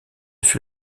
fut